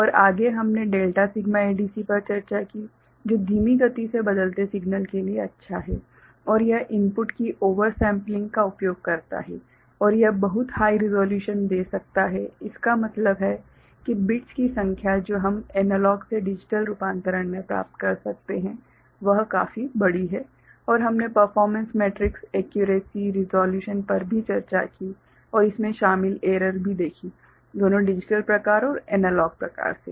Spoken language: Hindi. और आगे हमने डेल्टा सिग्मा एडीसी पर चर्चा की जो धीमी गति से बदलते सिग्नल के लिए अच्छा है और यह इनपुट की ओवर सेंपलिंग का उपयोग करता है और यह बहुत हाइ रिसोलुशन दे सकता है जिसका मतलब है कि बिट्स की संख्या जो हम ए से डी रूपांतरण में प्राप्त कर सकते हैं वह काफी बड़ी है और हमने परफ़ोर्मेंस मेट्रिक्स - एक्युरेसी रिज़ॉल्यूशन पर भी चर्चा की और इसमें शामिल एरर भी देखी दोनों डिजिटल प्रकार और एनालॉग प्रकार से